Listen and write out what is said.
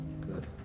Good